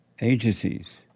agencies